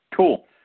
Cool